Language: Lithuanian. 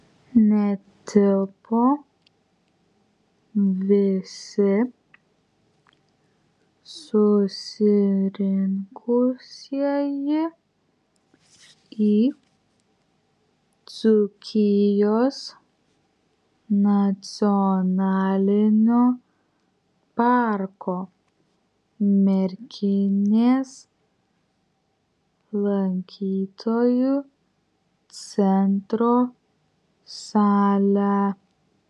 netilpo visi susirinkusieji į dzūkijos nacionalinio parko merkinės lankytojų centro salę